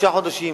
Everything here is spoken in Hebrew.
תשעה חודשים,